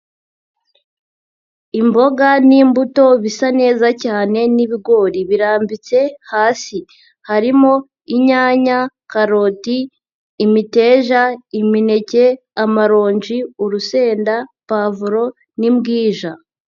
Imboga n'imbuto bisa neza cyane n'ibigori birambitse hasi harimo inyanya, karoti, imiteja, imineke, amaronji, urusenda, pavuro n'imbwija.